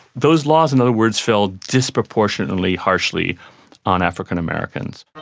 those laws, in other words, fell disproportionately harshly on african americans.